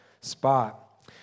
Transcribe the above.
spot